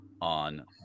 on